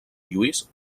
lluís